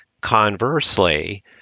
Conversely